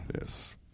Yes